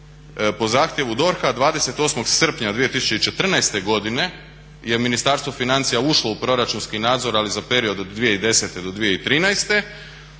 po zahtjevu DORH-a 28.srpnja 2014.godine je Ministarstvo financija ušlo u proračunski nadzor ali za period od 2010.do 2013.